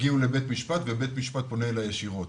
הגיעו לבית המשפט ובית המשפט פונה אליי ישירות,